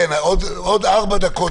כן, בעוד ארבע דקות.